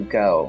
go